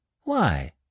Why